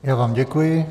Já vám děkuji.